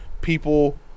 people